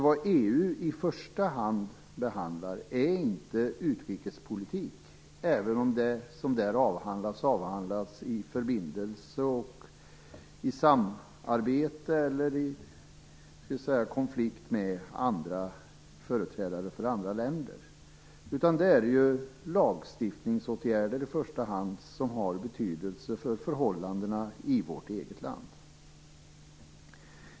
Det EU i första hand behandlar är inte utrikespolitik, även om det som där avhandlas sker i förbindelse, i samarbete eller i konflikt med företrädare för andra länder, utan det är i första hand lagstiftningsåtgärder som har betydelse för förhållandena i vårt eget land.